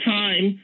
time